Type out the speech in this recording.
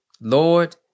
Lord